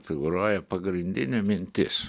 figūruoja pagrindinė mintis